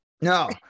No